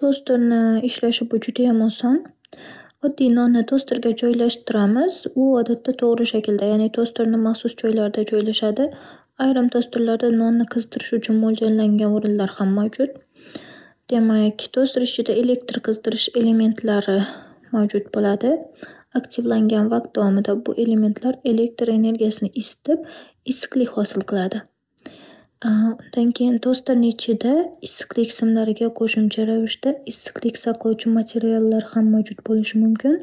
Tosterni ishlashi bu judayam oson. Oddiy nonni tosterga joylashtiramiz. U odatda to'g'ri shaklda ya'ni tosterni maxsus joylarida joylashadi. Ayrim tosterlarda nonni qizdirish uchun mo'ljallangan o'rinlar ham mavjud. Demak, toster ichida elektr qizdirish elementlari mavjud bo'ladi. Aktivlangan vaqt davomida bu elementlar elektr energiyasini isitib, issiqlik hosil qiladi. Undan keyin tosterni ichida issiqlik simlariga qo'shimcha ravishda issiqlik saqlovchi materiallar ham mavjud bo'lishi mumkin.